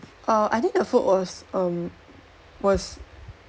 err I think the food was um was